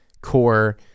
core